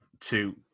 two